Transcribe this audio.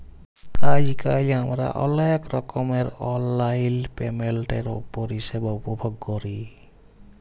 আইজকাল আমরা অলেক রকমের অললাইল পেমেল্টের পরিষেবা উপভগ ক্যরি